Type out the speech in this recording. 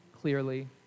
clearly